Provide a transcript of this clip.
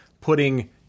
putting